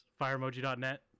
FireEmoji.net